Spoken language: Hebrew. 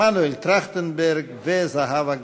2674, 2675 ו-2766.